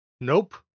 Nope